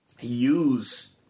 use